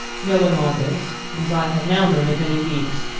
knowing all this, as i have now known it many weeks,